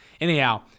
Anyhow